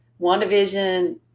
WandaVision